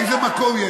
איזה מקום היא?